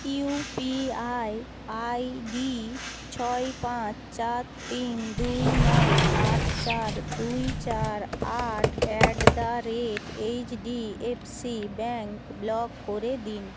UPI ID ছয় পাঁচ চার তিন দুই নয় আট চার দুই চার আট অ্যাটদারেট এইচডিএফসি ব্যাঙ্ক ব্লক করে দিন